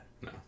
No